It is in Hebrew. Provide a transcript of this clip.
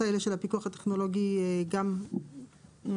האלו של הפיקוח הטכנולוגי גם עכשיו?